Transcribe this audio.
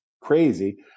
crazy